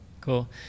Cool